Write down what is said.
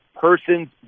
person's